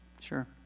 sure